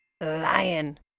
Lion